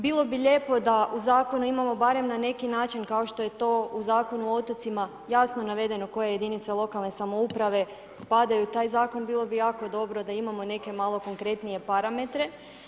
Bilo bi lijepo da u zakonu imamo barem na neki način kao što je to u Zakonu o otocima jasno navedeno koje jedinice lokalne samouprave spadaju u taj zakon, bilo bi jako dobro da imamo i neke malo konkretnije parametre.